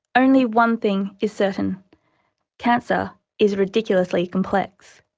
only one thing is certain cancer is ridiculously complex.